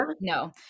no